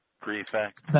Prefect